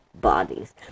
bodies